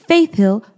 Faithhill